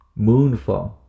moonfall